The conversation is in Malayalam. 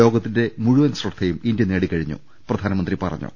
ലോകത്തിന്റെ മുഴു വൻ ശ്രദ്ധയും ഇന്ത്യ നേടിക്കഴിഞ്ഞു പ്രധാനമന്ത്രി പറഞ്ഞു